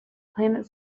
planet